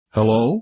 Hello